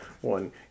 one